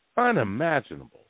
unimaginable